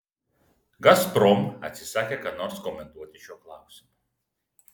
gazprom atsisakė ką nors komentuoti šiuo klausimu